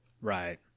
Right